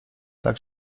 tak